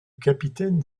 capitaine